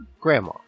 Grandma